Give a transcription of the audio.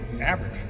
average